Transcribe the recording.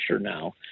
now